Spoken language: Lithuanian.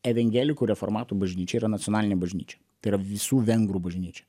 evengelikų reformatų bažnyčia yra nacionalinė bažnyčia tai yra visų vengrų bažnyčia